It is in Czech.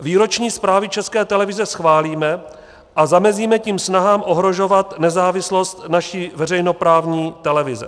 Výroční zprávy České televize schválíme a zamezíme tím snahám ohrožovat nezávislost naší veřejnoprávní televize.